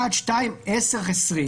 אחד, שניים, עשר, עשרים